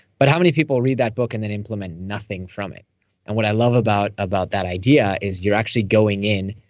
but how many people read that book and then implement nothing from it and what i love about about that idea is you're actually going in,